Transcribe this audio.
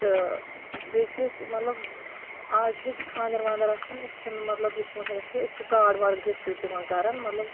تہٕ بییٚہِ چھِ ٲسۍ مطلب آز چھُ اسہِ خانٛدر وانٛدر آسان أسۍ چھِنہٕ مطلب یتھ پٲٹھۍ أسۍ کیٚنٛہہ أسۍ چھِ کارڈ واڑ تِمن گفٹ دِوان کران مطلب